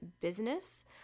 business